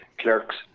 clerks